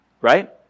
right